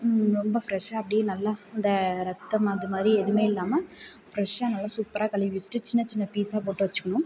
ரொம்ப ஃப்ரெஷ்ஷாக அப்படியே நல்லா அந்த ரத்தம் அதுமாதிரி எதுவுமே இல்லாம ஃப்ரெஷ்ஷாக நல்லா சூப்பராக கழுவி வச்சிட்டு சின்ன சின்ன பீஸாக போட்டு வச்சிக்கணும்